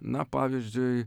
na pavyzdžiui